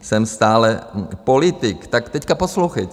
jsem stále politik, tak teď poslouchejte.